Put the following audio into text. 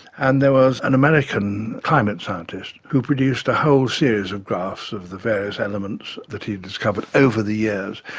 and there was an american climate scientist who produced a whole series of graphs of the various elements that he had discovered over the years,